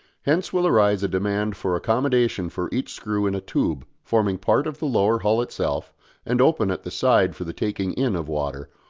hence will arise a demand for accommodation for each screw in a tube forming part of the lower hull itself and open at the side for the taking in of water,